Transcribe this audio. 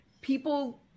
people